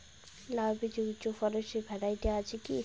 লাউ বীজের উচ্চ ফলনশীল ভ্যারাইটি আছে কী?